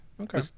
Okay